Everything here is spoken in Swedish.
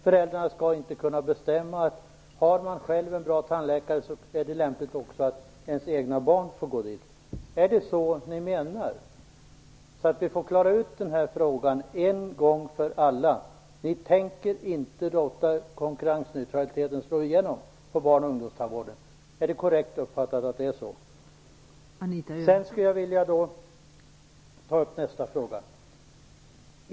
Föräldrar och barn skall inte kunna bestämma, att om föräldrarna själva har en bra tandläkare är det lämpligt att också de egna barnen får gå dit. Är det så ni menar? Vi måste klara ut den frågan en gång för alla. Ni tänker inte låta konkurrensneutraliteten slå igenom inom barn och ungdomstandvården. Är det korrekt uppfattat? Sedan skulle jag vilja ta upp nästa fråga.